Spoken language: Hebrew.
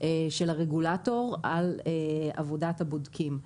של הרגולטור על עבודת הבודקים.